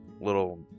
little